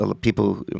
people